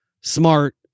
smart